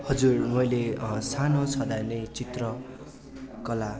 हजुर मैले सानो छँदा नै चित्रकला